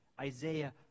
Isaiah